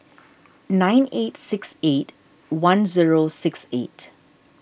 nine eight six eight one zero six eight